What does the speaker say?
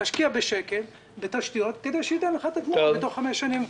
להשקיע שקל בתשתיות כדי שזה ייתן לך את הגמול בתוך חמש שנים.